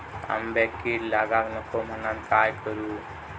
आंब्यक कीड लागाक नको म्हनान काय करू?